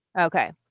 Okay